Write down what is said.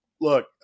look